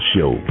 Show